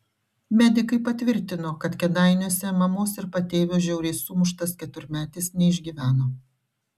medikai patvirtino kad kėdainiuose mamos ir patėvio žiauriai sumuštas keturmetis neišgyveno